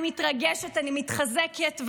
אני מתרגשת, אני מתחזקת.